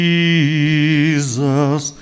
Jesus